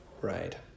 Right